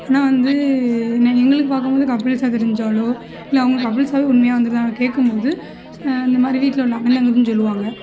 ஆனால் வந்து எங்களுக்கு பாக்கும் போது கப்புள்ஸாக தெரிஞ்சாலோ இல்லை அவங்க கப்புள்ஸாகவே உண்மையாக வந்திருக்காங்களான்னு கேக்கும் போது இந்தமாதிரி வீட்டில் உள்ள அண்ணன் தங்கச்சின்னு சொல்வாங்க